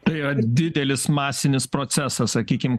tai didelis masinis procesas sakykim